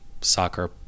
soccer